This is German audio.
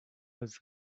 als